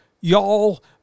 Y'all